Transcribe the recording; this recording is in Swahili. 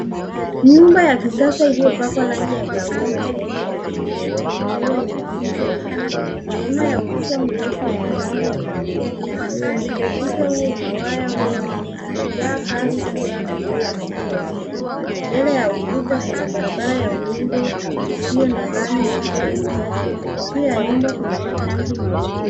Nyumba ya kisasa iliyopakwa rangi ya kahawia na sehemu ya juu nyeupe ikiwa imefichwa kidogo nyuma ya ukuta mrefu wenye rangi ya kahawia na mawe. Ukuta huo una waya wenye jaa kali juu yake kwa ajili ya usalama. Mbele ya ukuta kuna barabara ya udongo isiyo na lami na mimea michache. Juu ya nyumba kuna matanki mawili.